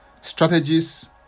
strategies